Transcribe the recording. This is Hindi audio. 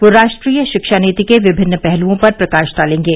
वे राष्ट्रीय शिक्षा नीति के विभिन्न पहलुओं पर प्रकाश डालेंगे